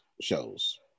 shows